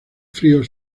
frío